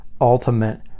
ultimate